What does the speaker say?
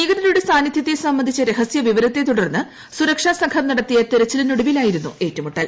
ഭീകരരുടെ സാന്നിധൃത്തെ സംബന്ധിച്ച് രഹസൃവിവരത്തെ തുടർന്ന് സുരക്ഷാ സംഘം നടത്തിയ തെരച്ചിലിന് ഒടുവിലായിരുന്നു ഏറ്റുമുട്ടൽ